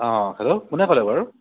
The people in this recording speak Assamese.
অঁ হেল্ল' কোনে ক'লে বাৰু